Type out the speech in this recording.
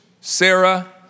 Sarah